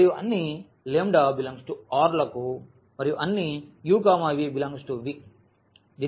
మరియు అన్ని ∈R లకు మరియు అన్ని u v∈V